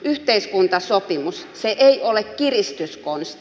yhteiskuntasopimus ei ole kiristyskonsti